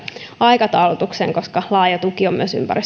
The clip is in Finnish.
aikataulutuksen koska laaja tuki on